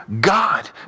God